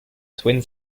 twin